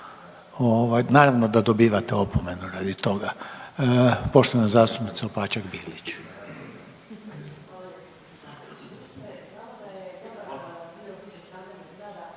Naravno da dobivate opomenu radi toga. Poštovana zastupnica Opačak-Bilić.